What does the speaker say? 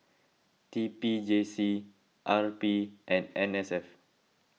T P J C R P and N S F